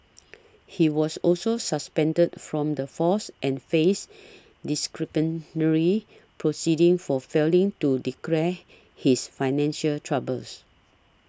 he was also suspended from the force and faced disciplinary proceedings for failing to declare his financial troubles